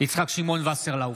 יצחק שמעון וסרלאוף,